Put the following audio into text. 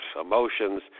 emotions